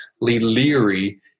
leery